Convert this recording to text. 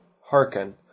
hearken